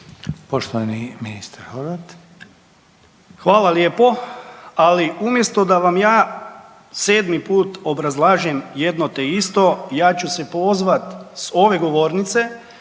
**Horvat, Darko (HDZ)** Hvala lijepo. Ali umjesto da vam ja sedmi put obrazlažem jedno te isto, ja ću se pozvat s ove govornice